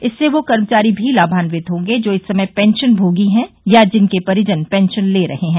इससे वह कर्मचारी भी लाभान्यित होंगे जो इस समय पेंशन भोगी हैं या जिनके परिजन पेंशन ले रहे हैं